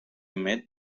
met